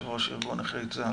יו"ר ארגון נכי צה"ל.